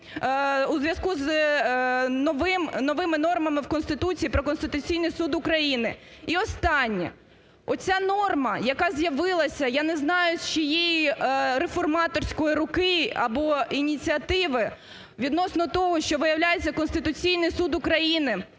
у зв'язку з новими нормами в Конституції про Конституційний Суд України І останнє. Оця норма, яка з'явилась, я не знаю, з чиєї реформаторської руки або ініціативи, відносно того, що, виявляється, Конституційний Суд України